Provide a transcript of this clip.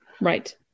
Right